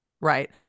right